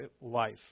life